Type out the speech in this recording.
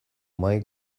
mahai